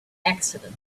accident